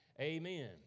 Amen